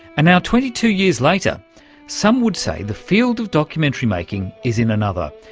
and now twenty two years later some would say the field of documentary making is in another,